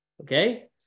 okay